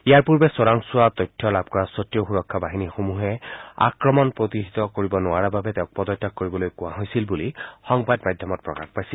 ইয়াৰ পূৰ্বে চোৰাংচোৱা তথ্য লাভ কৰা সত্বেও সুৰক্ষা সংস্থাসমূহে আক্ৰমণ প্ৰতিহত কৰিব নোৱাৰা বাবে তেওঁক পদত্যাগ কৰিবলৈ কোৱা হৈছিল বুলি সংবাদ মাধ্যমত প্ৰকাশ পাইছিল